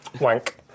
Wank